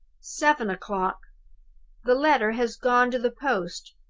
seven o'clock the letter has gone to the post.